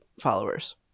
followers